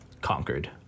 conquered